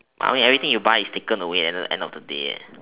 I mean everything you buy is taken away at the end of the day eh